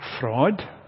fraud